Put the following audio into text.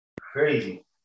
Crazy